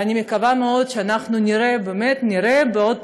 ואני מקווה מאוד שאנחנו נראה, באמת נראה, בעוד